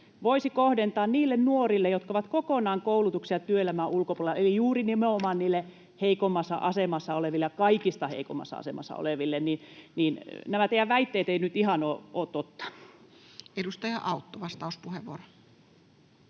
voisi kohdentaa niille nuorille, jotka ovat kokonaan koulutuksen ja työelämän ulkopuolella, eli juuri nimenomaan niille heikoimmassa asemassa oleville ja kaikista heikoimmassa asemassa oleville. Eli nämä teidän väitteenne eivät nyt ihan ole totta. [Speech 86] Speaker: